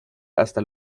hasta